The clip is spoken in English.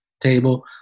table